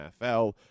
NFL